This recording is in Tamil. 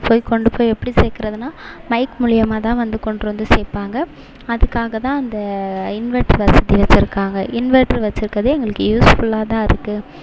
போய் கொண்டு போய் எப்படி சேர்க்குறதுனா மைக் மூலிமா தான் வந்து கொண்ட்டு வந்து சேர்ப்பாங்க அதுக்காக தான் அந்த இன்வெர்ட்ரு வசதி வச்சு இருக்காங்க இன்வெட்ரு வச்சு இருக்கறது எங்களுக்கு யூஸ்ஃபுல்லாக தான் இருக்குது